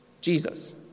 Jesus